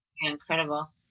incredible